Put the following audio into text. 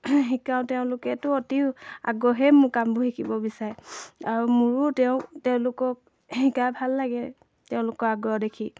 শিকাওঁ তেওঁলোকেতো অতি আগ্ৰহেৰেই মোৰ কামবোৰ শিকিব বিচাৰে আৰু মোৰো তেওঁ তেওঁলোকক শিকাই ভাল লাগে তেওঁলোকৰ আগ্ৰহ দেখি